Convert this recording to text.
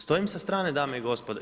Stojim sa strane, dame i gospodo.